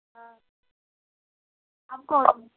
हाँ आप कौन